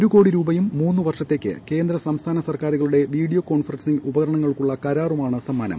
ഒരു കോടി രൂപയും മൂന്നുവർഷത്തേക്ക് കേന്ദ്ര സംസ്ഥാന സർക്കാരുകളുടെ വീഡിയോ കോൺഫറൻസിങ് ഉപകരണങ്ങൾക്കുള്ള കരാറുമാണ് സമ്മാനം